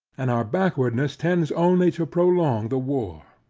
and our backwardness tends only to prolong the war.